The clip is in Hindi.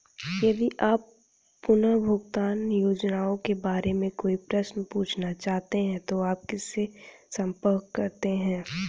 यदि आप पुनर्भुगतान योजनाओं के बारे में कोई प्रश्न पूछना चाहते हैं तो आप किससे संपर्क करते हैं?